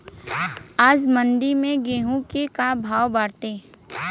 आज मंडी में गेहूँ के का भाव बाटे?